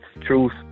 truth